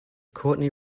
courtney